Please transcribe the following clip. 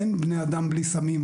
אין בני אדם בלי סמים.